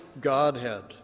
Godhead